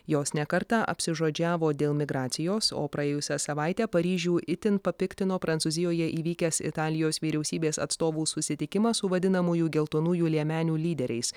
jos ne kartą apsižodžiavo dėl migracijos o praėjusią savaitę paryžių itin papiktino prancūzijoje įvykęs italijos vyriausybės atstovų susitikimas su vadinamųjų geltonųjų liemenių lyderiais